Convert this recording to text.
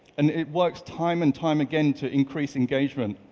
and it works time and time again to increase engagement.